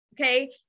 Okay